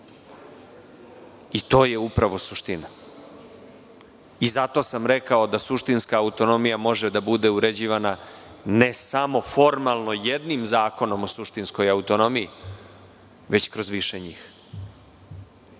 To je upravo suština. Zato sam rekao da suštinska autonomija može da bude uređivana ne samo formalno jednim zakonom o suštinskoj autonomiji, već kroz više njih. Što